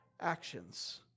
actions